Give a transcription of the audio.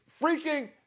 freaking